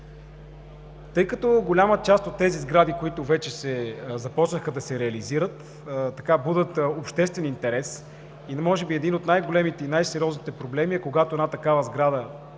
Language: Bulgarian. Тъй като голяма част от тези сгради, които вече започнаха да се реализират, будят обществен интерес и може би един от най-големите и най-сериозните проблеми е когато една такава сграда